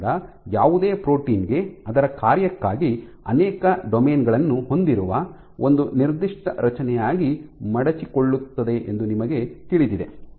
ಆದ್ದರಿಂದ ಯಾವುದೇ ಪ್ರೋಟೀನ್ ಗೆ ಅದರ ಕಾರ್ಯಕ್ಕಾಗಿ ಅನೇಕ ಡೊಮೇನ್ ಗಳನ್ನು ಹೊಂದಿರುವ ಒಂದು ನಿರ್ದಿಷ್ಟ ರಚನೆಯಾಗಿ ಮಡಚಿಕೊಳ್ಳುತ್ತದೆ ಎಂದು ನಿಮಗೆ ತಿಳಿದಿದೆ